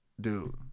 Dude